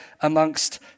amongst